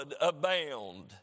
abound